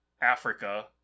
Africa